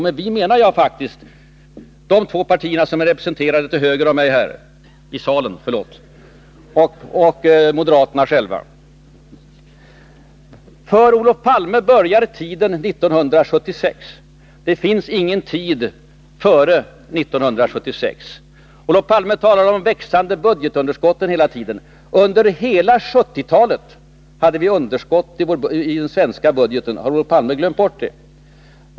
Med ”vi” menar jag faktiskt de två övriga borgerliga partierna som är representerade här i salen och moderaterna själva. För Olof Palme började tidräkningen 1976. Det finns ingen tid för honom före 1976. Olof Palme talar hela tiden om de då växande budgetunderskotten. Under hela 1970-talet hade vi emellertid underskott i den svenska budgeten. Har Olof Palme glömt bort det?